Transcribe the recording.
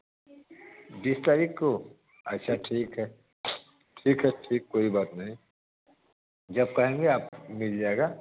बीस तारीख को अच्छा ठीक है ठीक है ठीक कोई बात नहीं जब कहेंगे आप मिल जाएगा